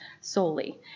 solely